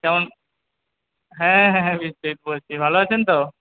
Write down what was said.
কেমন হ্যাঁ হ্যাঁ বিশ্বজিৎ বলছি ভালো আছেন তো